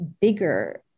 bigger